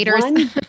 one